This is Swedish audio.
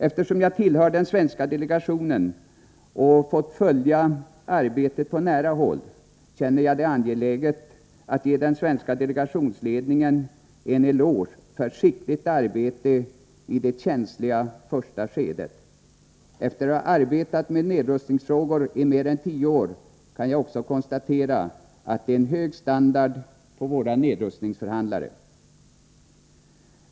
Eftersom jag tillhör den svenska delegationen och fått följa arbetet på nära håll, känner jag det angeläget att ge den svenska delegationsledningen en eloge för skickligt arbete i det känsliga första skedet. Efter att ha arbetat med nedrustningsfrågor i mer än tio år kan jag också konstatera att det är hög standard på våra nedrustningsförhandlare.